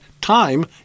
time